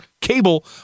cable